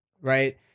Right